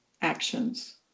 actions